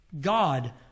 God